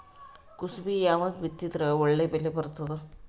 ಕುಸಬಿ ಯಾವಾಗ ಬಿತ್ತಿದರ ಒಳ್ಳೆ ಬೆಲೆ ಬರತದ?